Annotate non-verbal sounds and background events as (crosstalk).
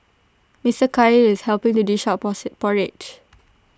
Mister Khair is helping to dish out (unintelligible) porridge